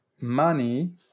money